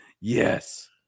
Yes